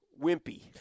wimpy